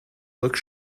look